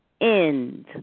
end